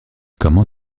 comment